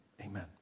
Amen